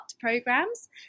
programs